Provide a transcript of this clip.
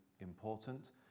important